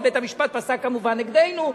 ובית-המשפט פסק כמובן נגדנו.